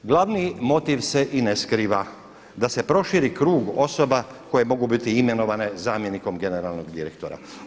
Glavni motiv se i ne skriva, da se proširi krug osoba koje mogu biti imenovane zamjenikom generalnog direktora.